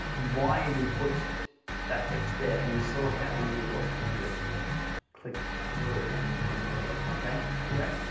why even put that hex there? and you saw how easy it was for me to click through and okay anyway